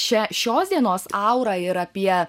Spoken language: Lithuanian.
šia šios dienos aurą ir apie